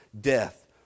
death